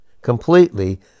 completely